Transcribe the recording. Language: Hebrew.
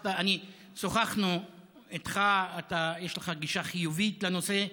שוחחנו איתך, יש לך גישה חיובית לנושא.